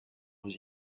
was